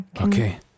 okay